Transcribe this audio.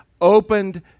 opened